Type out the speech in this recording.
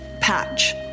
patch